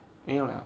没有 liao